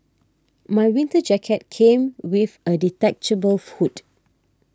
my winter jacket came with a detachable hood